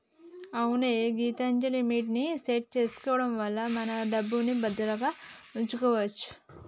అవునే గీతాంజలిమిట్ ని సెట్ చేసుకోవడం వల్ల మన డబ్బుని భద్రంగా ఉంచుకోవచ్చు